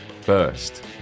first